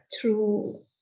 true